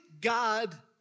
God